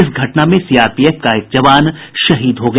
इस घटना में सीआरपीएफ का एक जवान शहीद हो गया